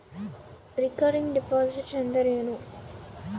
Recurring deposit ಅಂದರೇನು?